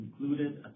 included